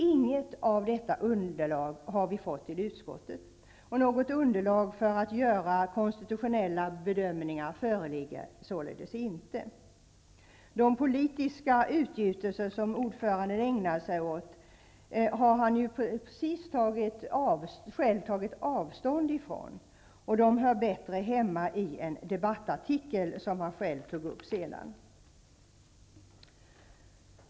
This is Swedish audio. Inget underlag har inkommit till utskottet. Något underlag för att kunna göra konstitutionella bedömningar föreligger således inte. De politiska utgjutelser som ordföranden ägnade sig åt tog han ju själv avstånd från. De hör bättre hemma i en debattartikel, som han själv sade senare.